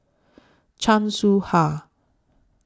Chan Soh Ha